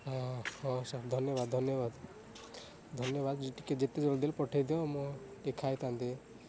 ହଁ ହଁ ସାର୍ ଧନ୍ୟବାଦ ଧନ୍ୟବାଦ ଧନ୍ୟବାଦ ଟିକେ ଯେତେ ଜଲ୍ଦି ହେଲେ ପଠାଇଦିଅ ମୁଁ ଟିକେ ଖାଇଥାନ୍ତି